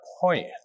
point